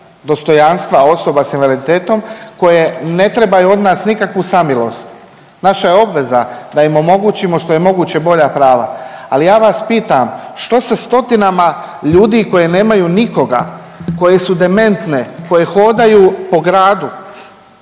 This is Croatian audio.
dostojanstva osoba s invaliditetom koje ne trebaju od nas nikakvu samilost, naša je obveza da im omogućimo što je moguće bolja prava, ali ja vas pitam što sa stotinama ljudi koji nemaju nikoga, koje su dementne, koje hodaju po gradu,